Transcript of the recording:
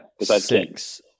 six